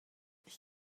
ich